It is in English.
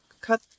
cut